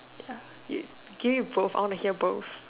ya you give me both I want to hear both